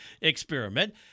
experiment